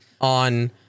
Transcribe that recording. on